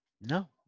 no